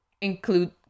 include